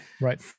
Right